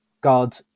God